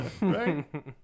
right